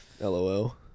LOL